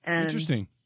Interesting